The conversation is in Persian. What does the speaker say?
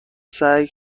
سعی